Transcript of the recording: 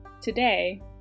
Today